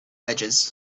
edges